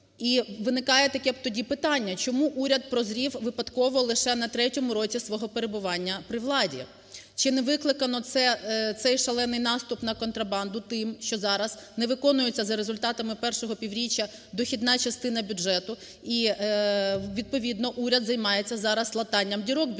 І виникає таке тоді питання: чому уряд прозрів випадково лише на третьому році свого перебування при владі? Чи не викликано цей шалений наступ на контрабанду тим, що зараз не виконується за результатами першого півріччя дохідна частина бюджету і відповідно уряд займається зараз латанням дірок бюджету?